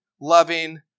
loving